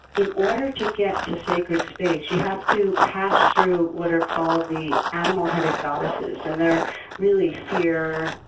in order to get to sacred space, you have to pass through what are called the animal-headed goddesses and they're really fear,